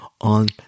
on